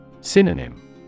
Synonym